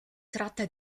tratta